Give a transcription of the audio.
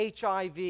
HIV